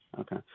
okay